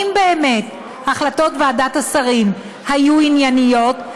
אם באמת החלטות ועדת השרים היו ענייניות,